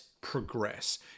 progress